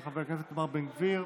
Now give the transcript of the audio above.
של חבר הכנסת איתמר בן גביר.